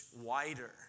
wider